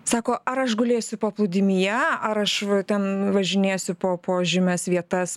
sako ar aš gulėsiu paplūdimyje ar aš ten važinėsiu po po žymias vietas